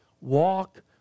Walk